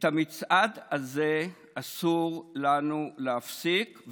את המצעד הזה אסור לנו להפסיק,